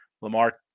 Lamar